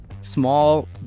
small